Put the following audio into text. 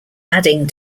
adding